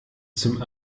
zum